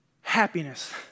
happiness